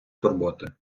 турботи